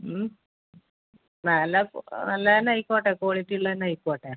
ഉം നല്ല നല്ലത് തന്നെ അയിക്കോട്ടെ ക്വാളിറ്റി ഉള്ളത് തന്നെ ആയിക്കോട്ടെ